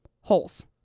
holes